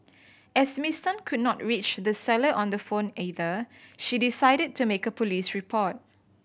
as Miss Tan could not reach the seller on the phone either she decided to make a police report